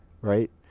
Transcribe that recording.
Right